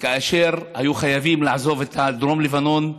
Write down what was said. כאשר היו חייבים לעזוב את דרום לבנון,